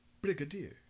Brigadier